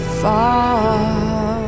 far